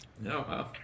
no